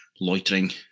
loitering